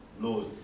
laws